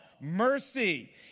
Mercy